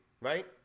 right